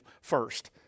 first